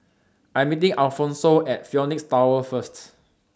I Am meeting Alphonso At Phoenix Tower First